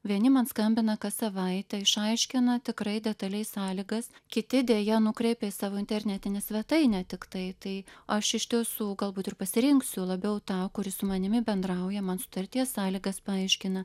vieni man skambina kas savaitę išaiškina tikrai detaliai sąlygas kiti deja nukreipia į savo internetinę svetainę tiktai tai aš iš tiesų galbūt ir pasirinksiu labiau tą kuris su manimi bendrauja man sutarties sąlygas paaiškina